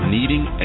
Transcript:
Needing